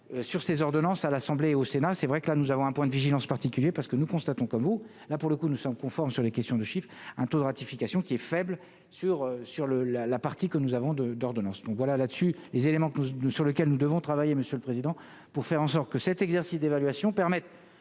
sur ces ordonnances à l'Assemblée et au Sénat, c'est vrai que là nous avons un point de vigilance particulier parce que nous constatons que vous là pour le coup, nous sommes conformes sur les questions de chiffre, un taux de ratification qui est faible sur sur le la la partie que nous avons de d'ordonnance, donc voilà là dessus, les éléments que nous sur lequel nous devons travailler Monsieur le Président, pour faire en sorte que cet exercice d'évaluation permettent,